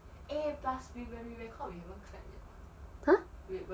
eh plus we when we record we don't clap eh